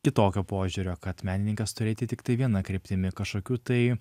kitokio požiūrio kad menininkas turi eiti tiktai viena kryptimi kažkokių tai